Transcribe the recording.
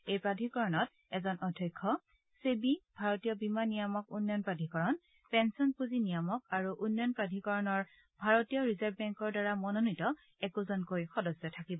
এই প্ৰাধিকৰণত এজন অধ্যক্ষ সেৱী ভাৰতীয় বীমা নিয়ামক উন্নয়ন প্ৰাধিকৰণ পেলন পুঁজি নিয়ামক আৰু উন্নয়ন প্ৰাধিকৰণৰ ভাৰতীয় ৰিজাৰ্ভ বেংকৰ দ্বাৰা মনোনীত একোজনকৈ সদস্য থাকিব